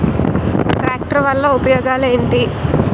Tractor వల్ల ఉపయోగాలు ఏంటీ?